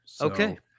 Okay